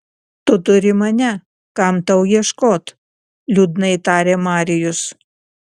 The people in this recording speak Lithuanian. tu turi mane kam tau ieškot liūdnai tarė marijus